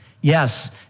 Yes